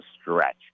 stretch